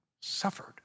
suffered